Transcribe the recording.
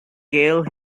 gale